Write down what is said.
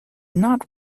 not